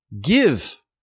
Give